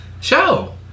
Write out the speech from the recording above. show